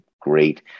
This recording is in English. great